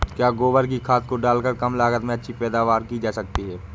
क्या गोबर की खाद को डालकर कम लागत में अच्छी पैदावारी की जा सकती है?